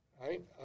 Right